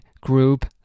group